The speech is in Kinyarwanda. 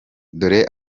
dore